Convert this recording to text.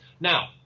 now